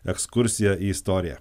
ekskursiją į istoriją